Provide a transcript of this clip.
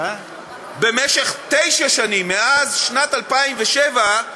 במשך תשע שנים, מאז שנת 2007,